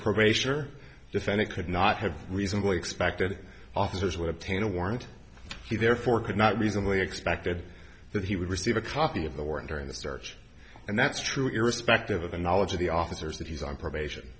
probation or defendant could not have reasonably expected officers would obtain a warrant he therefore could not reasonably expected that he would receive a copy of the warrant during the search and that's true irrespective of the knowledge of the officers that he's on probation